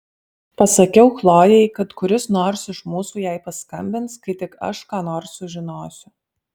pasakiau chlojei kad kuris nors iš mūsų jai paskambins kai tik aš ką nors sužinosiu